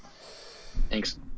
Thanks